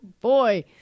boy